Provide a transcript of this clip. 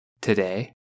today